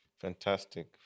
Fantastic